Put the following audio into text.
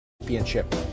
Championship